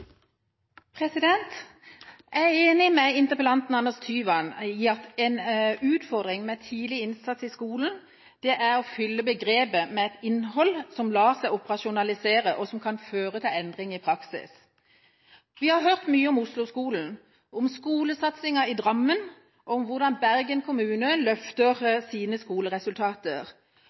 Jeg er enig med interpellanten Anders Tyvand i at en utfordring med tidlig innsats i skolen er å fylle begrepet med et innhold som lar seg operasjonalisere, og som kan føre til endring i praksis. Vi har hørt mye om Osloskolen, om skolesatsingen i Drammen og om hvordan Bergen kommune løfter sine skoleresultater,